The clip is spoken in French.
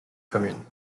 communes